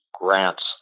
grants